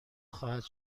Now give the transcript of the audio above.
خواهد